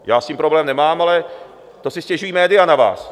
Já s tím problém nemám, ale to si stěžují média na vás.